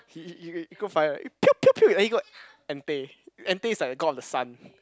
he he he got fire and !pew pew pew! and he got and Tay and Tay is like the god of the sun